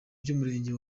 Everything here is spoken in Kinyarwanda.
by’umurenge